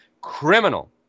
criminal